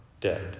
dead